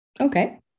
Okay